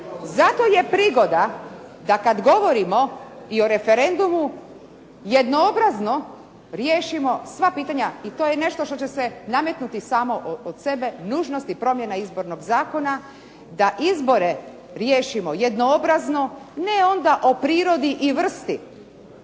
Zato je prigoda da kada govorimo i o referendumom jednoobrazno riješimo sva pitanja i to je nešto što će se nametnuti samo od sebe, nužnost i promjena izbornog zakona, da izbore riješimo jednoobrazno ne onda o prirodi i vrsti